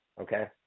Okay